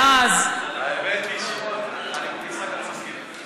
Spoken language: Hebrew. האמת היא, לגבי עמר אני מסכים.